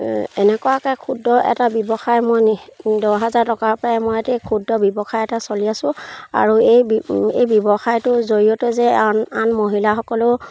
এনেকুৱাকৈ ক্ষুদ্ৰ এটা ব্যৱসায় মই নি দহ হাজাৰ টকাৰ পৰাই মই ক্ষুদ্ৰ ব্যৱসায় এটা চলি আছোঁ আৰু এই এই বি ব্যৱসায়টোৰ জৰিয়তে যে আন আন মহিলাসকলেও